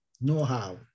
know-how